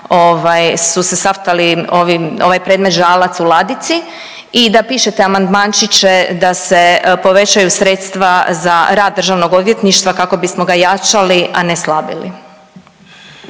su se saftali ovi, ovaj predmet Žalac u ladici i da pišete amandmančiće da se povećaju sredstva za rad državnog odvjetništva kako bismo ga jačali, a ne slabili.